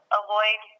avoid